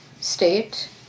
state